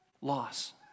Loss